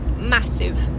Massive